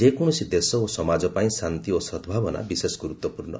ଯେକୌଣସି ଦେଶ ଓ ସମାଜ ପାଇଁ ଶାନ୍ତି ଓ ସଦ୍ଭାବନା ବିଶେଷ ଗୁରୁତ୍ୱପୂର୍ଣ୍ଣ